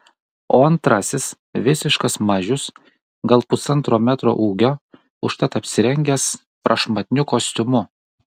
o antrasis visiškas mažius gal pusantro metro ūgio užtat apsirengęs prašmatniu kostiumu